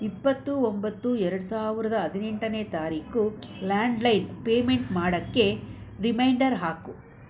ಇಪ್ಪತ್ತು ಒಂಬತ್ತು ಎರಡು ಸಾವಿರದ ಹದಿನೆಂಟನೇ ತಾರೀಕು ಲ್ಯಾಂಡ್ಲೈನ್ ಪೇಮೆಂಟ್ ಮಾಡೋಕ್ಕೆ ರಿಮೈಂಡರ್ ಹಾಕು